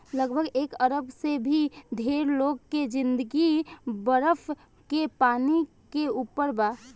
लगभग एक अरब से भी ढेर लोग के जिंदगी बरफ के पानी के ऊपर बा